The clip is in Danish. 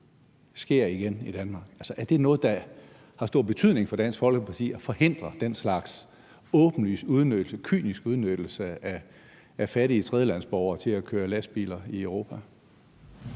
sker igen i Danmark. Er det noget, der har stor betydning for Dansk Folkeparti at forhindre den slags åbenlys udnyttelse, kynisk udnyttelse af fattige tredjelandsborgere til at køre lastbiler i Europa?